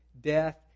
death